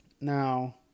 Now